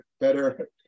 better